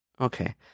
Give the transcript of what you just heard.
Okay